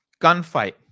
gunfight